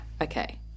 okay